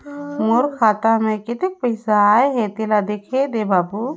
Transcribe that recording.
मोर खाता मे कतेक पइसा आहाय तेला देख दे बाबु?